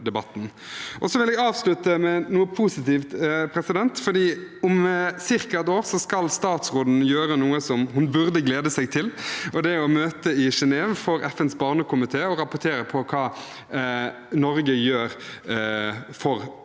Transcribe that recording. jeg avslutte med noe positivt: Om ca. ett år skal statsråden gjøre noe som hun burde glede seg til, og det er å møte i Genève for FNs barnekomité og rapportere på hva Norge gjør for å